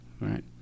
right